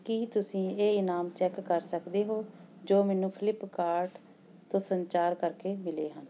ਕੀ ਤੁਸੀਂਂ ਇਹ ਇਨਾਮ ਚੈੱਕ ਕਰ ਸਕਦੇ ਹੋ ਜੋ ਮੈਨੂੰ ਫਲਿੱਪਕਾਰਟ ਤੋਂ ਸੰਚਾਰ ਕਰ ਕੇ ਮਿਲੇ ਹਨ